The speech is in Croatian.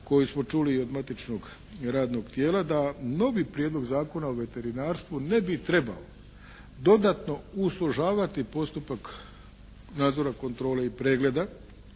koju smo čuli i od matičnog radnog tijela da novi Prijedlog zakona o veterinarstvu ne bi trebao dodatno uslužavati postupak nadzora, kontrole i pregleda